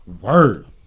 Word